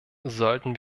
sollten